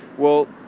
well,